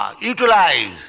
utilize